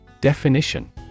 Definition